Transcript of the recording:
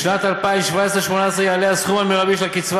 בשנת 2017 2018 יעלה הסכום המרבי של הקצבה